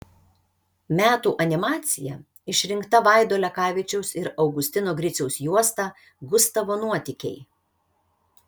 metų animacija išrinkta vaido lekavičiaus ir augustino griciaus juosta gustavo nuotykiai